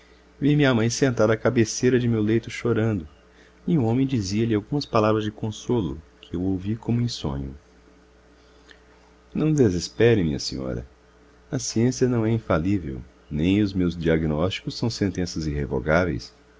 minha mãe sentada à cabeceira de meu leito chorando e um homem dizia-lhe algumas palavras de consolo que eu ouvi como em sonho não desespere minha senhora a ciência não é infalivel nem os meus diagnósticos são sentenças irrevogáveis